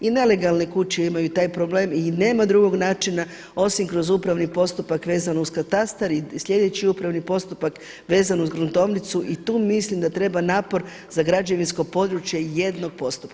I nelegalne kuće imaju taj problem i nema drugog načina osim kroz upravni postupak vezano uz katastar i sljedeći upravni postupak vezan uz gruntovnicu i tu mislim da treba napor za građevinsko područje jednog postupka.